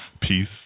peace